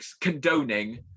condoning